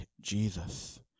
Jesus